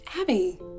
Abby